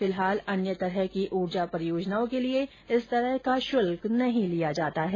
फिलहाल अन्य तरह की ऊर्जा परियोजनाओं के लिए इस तरह का शुल्क नहीं लिया जाता है